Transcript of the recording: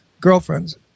girlfriends